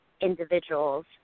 Individuals